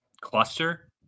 cluster